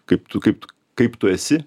kaip tu kaip kaip tu esi